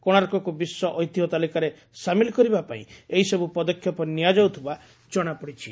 କୋଣାର୍କକୁ ବିଶ୍ୱ ଐତିହ୍ୟ ତାଲିକାରେ ସାମିଲ୍ କରିବାପାଇଁ ଏହିସବୁ ପଦକ୍ଷେପ ନିଆଯାଉଥିବା ଜଣାପଡ଼ିଛି